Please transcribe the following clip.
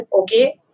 okay